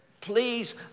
please